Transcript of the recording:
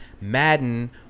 Madden